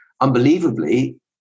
unbelievably